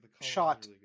shot